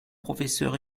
professeur